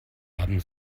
haben